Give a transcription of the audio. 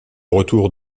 retour